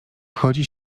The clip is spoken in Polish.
wchodzi